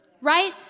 right